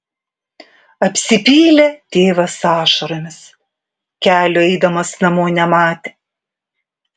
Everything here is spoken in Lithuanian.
apsipylė tėvas ašaromis kelio eidamas namo nematė